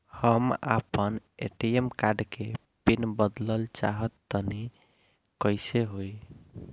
हम आपन ATM card के पीन बदलल चाहऽ तनि कइसे होई?